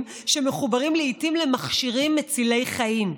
שמחוברים לעיתים למכשירים מצילי חיים,